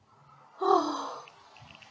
!oho!